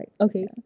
Okay